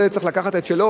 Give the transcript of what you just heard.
כל ילד צריך לקחת את שלו.